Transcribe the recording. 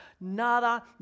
nada